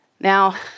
Now